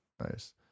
Nice